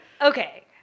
okay